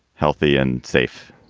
healthy and safe.